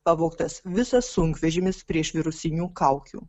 pavogtas visas sunkvežimis priešvirusinių kaukių